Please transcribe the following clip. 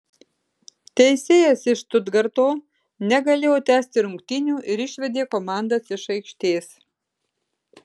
teisėjas iš štutgarto negalėjo tęsti rungtynių ir išvedė komandas iš aikštės